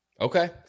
Okay